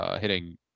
hitting